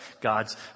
God's